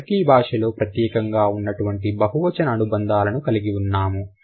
Turkey భాషలో ప్రత్యేకంగా ఉన్నటువంటి బహువచన అనుబంధాలను కలిగి ఉన్నాము